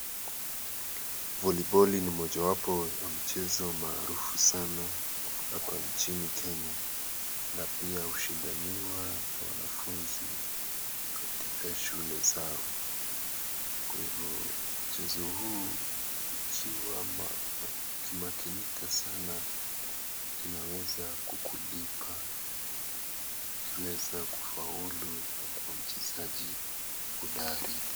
Voliboli ni mojawapo ya mchezo maarufu sana hapa nchini Kenya na pia hushindaniwa na wanafunzi katika shule zao. Kwa hivyo mchezo huu ukimakinika sana inaweza kukulipa ukiweza kufaulu na kuwa mchezaji hodari.